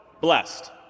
blessed